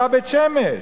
באותה בית-שמש.